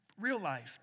realized